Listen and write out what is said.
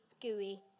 gooey